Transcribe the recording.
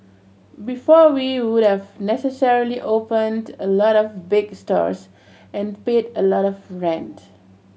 before we would have necessarily opened a lot of big stores and paid a lot of rent